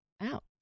Out